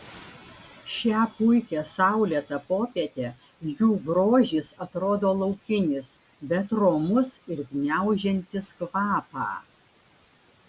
šią puikią saulėtą popietę jų grožis atrodo laukinis bet romus ir gniaužiantis kvapą